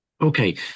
Okay